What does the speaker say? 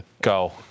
go